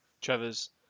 Trevor's